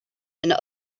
and